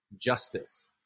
justice